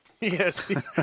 Yes